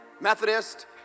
Methodist